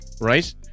right